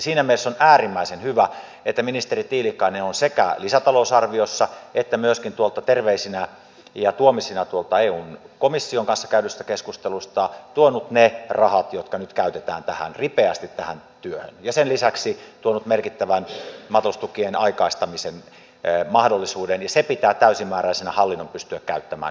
siinä mielessä on äärimmäisen hyvä että ministeri tiilikainen on sekä lisätalousarviossa että myöskin terveisinä ja tuomisina tuolta eun komission kanssa käydystä keskustelusta tuonut ne rahat jotka nyt käytetään ripeästi tähän työhön ja sen lisäksi tuonut merkittävän maataloustukien aikaistamisen mahdollisuuden ja se pitää täysimääräisenä hallinnon pystyä käyttämään hyväkseen